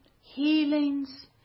healings